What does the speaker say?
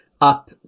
up